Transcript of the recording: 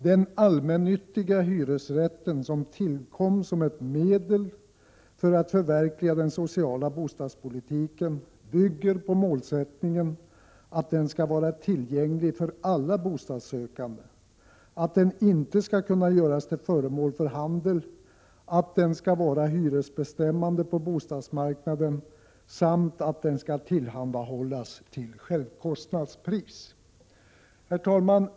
Den allmännyttiga hyresrätten, som tillkom som ett medel för att förverkliga den sociala bostadspolitiken, bygger på målsättningen att den skall vara tillgänglig för alla bostadssökande, att den inte skall kunna göras till föremål för handel, att den skall vara hyresbestämmande på bostadsmarknaden samt att den skall tillhandahållas till självkostnadspris.” Herr talman!